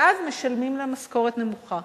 ואז משלמים להם משכורת נמוכה.